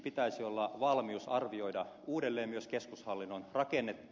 pitäisi olla valmius arvioida uudelleen myös keskushallinnon rakennetta